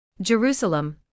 Jerusalem